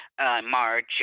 March